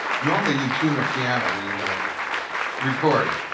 normally you tune a piano when you're gonna record.